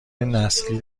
نسلی